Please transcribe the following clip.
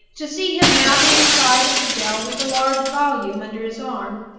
to see him mounting the side of the dell, with a large volume under his arm,